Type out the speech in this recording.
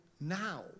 now